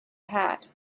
hat